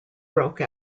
broke